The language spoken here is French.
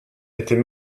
était